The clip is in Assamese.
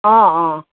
অঁ অঁ